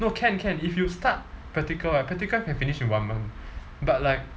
no can can if you start practical right practical can finish in one month but like